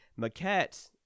Maquette